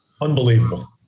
Unbelievable